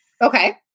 Okay